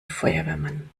feuerwehrmann